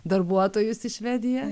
darbuotojus į švediją